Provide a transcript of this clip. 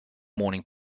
morning